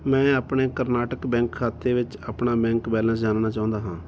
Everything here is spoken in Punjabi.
ਮੈਂ ਆਪਣੇ ਕਰਨਾਟਕ ਬੈਂਕ ਖਾਤੇ ਵਿੱਚ ਆਪਣਾ ਬੈਂਕ ਬੈਲੇਂਸ ਜਾਣਨਾ ਚਾਹੁੰਦਾ ਹਾਂ